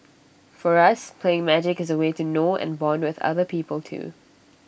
for us playing magic is A way to know and Bond with other people too